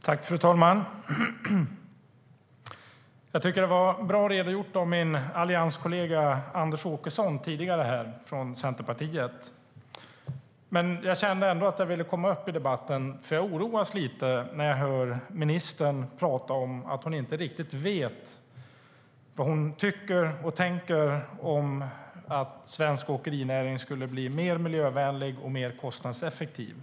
STYLEREF Kantrubrik \* MERGEFORMAT Svar på interpellationerFru talman! Min allianskollega Anders Åkesson från Centerpartiet gav en bra redogörelse. Men jag kände ändå att jag ville komma upp i debatten, för jag oroas lite när jag hör ministern prata om att hon inte riktigt vet vad hon tycker och tänker om att svensk åkerinäring skulle bli mer miljövänlig och mer kostnadseffektiv.